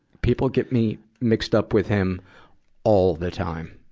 people get me mixed up with him all the time.